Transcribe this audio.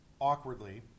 awkwardly